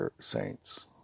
saints